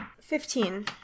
Fifteen